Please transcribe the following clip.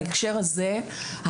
בהקשר הזה,